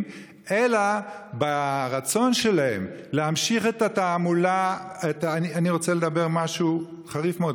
אלא ברצון שלהם להמשיך את התעמולה אני רוצה לומר משהו חריף מאוד,